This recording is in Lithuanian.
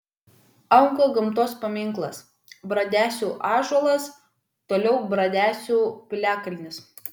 auga gamtos paminklas bradesių ąžuolas toliau bradesių piliakalnis